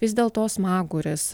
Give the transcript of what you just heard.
vis dėlto smaguris